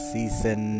Season